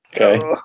Okay